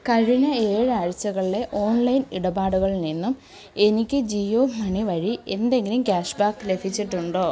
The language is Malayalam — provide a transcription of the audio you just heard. കഴിഞ്ഞ ഏഴ് ആഴ്ചകളിലെ ഓൺലൈൻ ഇടപാടുകളിൽ നിന്നും എനിക്ക് ജിയോ മണി വഴി എന്തെങ്കിലും ക്യാഷ്ബാക്ക് ലഭിച്ചിട്ടുണ്ടോ